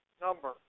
number